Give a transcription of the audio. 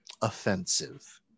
offensive